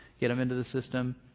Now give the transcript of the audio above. get them into the system.